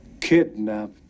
Kidnap